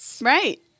Right